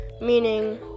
Meaning